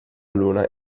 luna